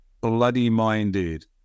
Bloody-minded